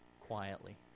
quietly